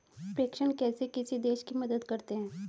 प्रेषण कैसे किसी देश की मदद करते हैं?